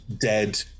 dead